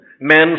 Men